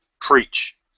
preach